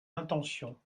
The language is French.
intention